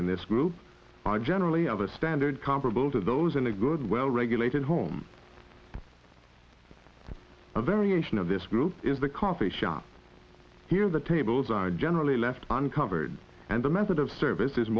in this group are generally of a standard comparable to those in a good well regulated home a variation of this group is the coffee shop here the tables are generally left uncovered and the method of service